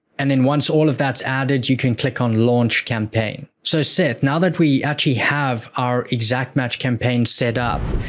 and then once all of that's added, you can click on launch campaign. so, seth, now that we actually have our exact match campaign set up,